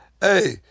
hey